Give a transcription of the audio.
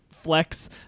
Flex